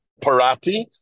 Parati